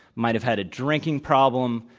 might have had a drinking problem,